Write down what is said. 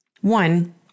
one